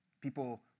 People